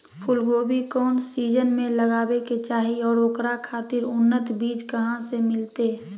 फूलगोभी कौन सीजन में लगावे के चाही और ओकरा खातिर उन्नत बिज कहा से मिलते?